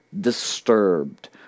disturbed